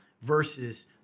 versus